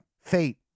fate